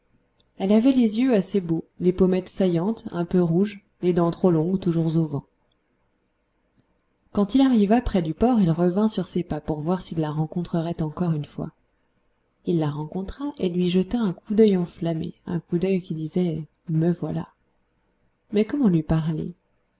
elle avait les yeux assez beaux les pommettes saillantes un peu rouges les dents trop longues toujours au vent quand il arriva près du port il revint sur ses pas pour voir s'il la rencontrerait encore une fois il la rencontra et il lui jeta un coup d'oeil enflammé un coup d'oeil qui disait me voilà mais comment lui parler